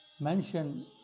mention